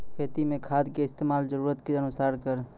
खेती मे खाद के इस्तेमाल जरूरत के अनुसार करऽ